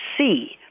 see